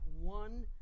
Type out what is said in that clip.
one